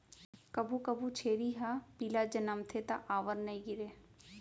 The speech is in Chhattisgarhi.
कभू कभू छेरी ह पिला जनमथे त आंवर नइ गिरय